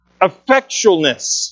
effectualness